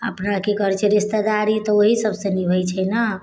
अपना की करै छै रिश्तेदारी तऽ वएह सबसँ निबहै छै ने